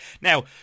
Now